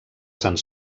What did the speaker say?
sant